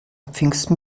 pfingsten